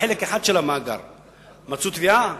אם בחלק אחד של המאגר מוצאים טביעה כזאת,